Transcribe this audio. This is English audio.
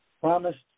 promised